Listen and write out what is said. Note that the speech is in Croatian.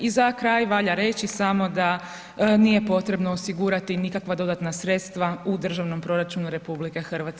I za kraj valja reći samo da nije potrebno osigurati nikakva dodatna sredstva u državnom proračunu RH.